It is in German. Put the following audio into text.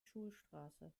schulstraße